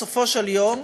בסופו של דבר,